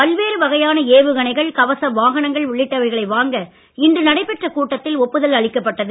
பல்வேறு வகையான ஏவுகணைகள் கவச வாகனங்கள் உள்ளிட்டவைகளை வாங்க இன்று நடைபெற்ற கூட்டத்தில் ஒப்புதல் அளிக்கப்பட்டது